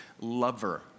lover